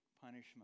punishment